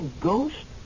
ghost